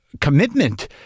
commitment